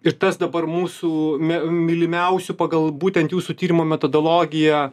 ir tas dabar mūsų me mylimiausių pagal būtent jūsų tyrimo metodologiją